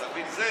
אתה מבין,